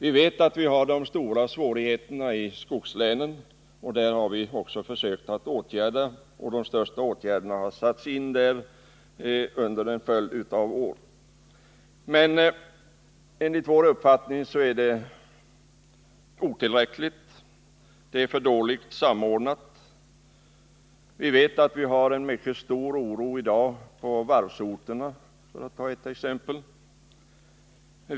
Vi vet att de stora svårigheterna finns i skogslänen, och där har också de kraftigaste åtgärderna satts in under en följd av år. Men enligt vår uppfattning är åtgärderna otillräckliga — samordningen är för dålig. Vi vet att oron är mycket stor på varvsorterna, för att ta ett annat exempel.